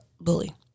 bully